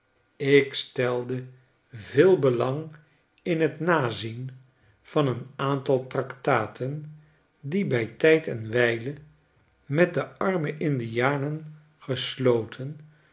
ik stelde veel belang in t nazien van een aantal tractaten die bij tijd en wijle met de arme indianen gesloten